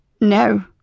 no